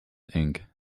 ink